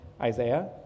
Isaiah